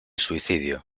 suicidio